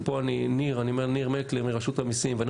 ופה אני אומר לניר מקלר מרשות המיסים ואני